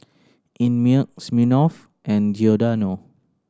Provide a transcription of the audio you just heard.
Einmilk Smirnoff and Giordano